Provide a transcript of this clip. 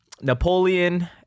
Napoleon